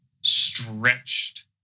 stretched